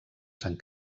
sant